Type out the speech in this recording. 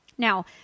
Now